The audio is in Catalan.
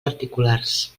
particulars